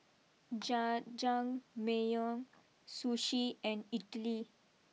Jajangmyeon Sushi and Idili